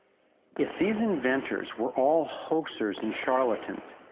if these inventors were all hoaxers and charlatans,